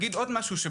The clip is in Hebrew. משהו נוסף,